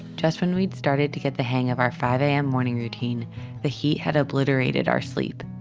just when we'd started to get the hang of our five a m. morning routine the heat had obliterated our sleep,